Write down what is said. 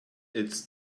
it’s